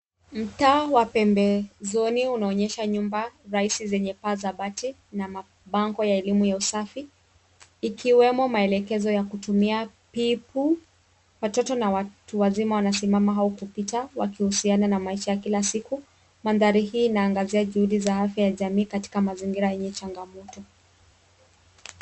Mtaa wa pembezoni unaonyesha nyumba rahisi zenye paa za bati na mabango ya elimu ya usafi ikiwemo maelekezo ya kutumia pipu. Watoto na watu wazima wanaimama au kupita wakihusiana na maisha ya kila siku. Mandhari hii inaangazia juhudi za afya ya jamii katika mazingira yenye changamoto.